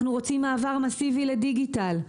אנחנו רוצים מעבר מסיבי לדיגיטל,